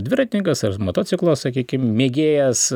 dviratininkas ar motociklo sakykim mėgėjas